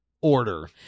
Order